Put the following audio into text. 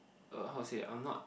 uh how to say I'm not